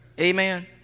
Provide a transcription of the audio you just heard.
Amen